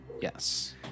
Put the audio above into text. Yes